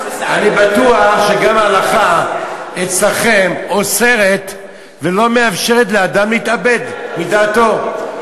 אני בטוח שגם ההלכה אצלכם אוסרת ולא מאפשרת לאדם להתאבד מדעתו.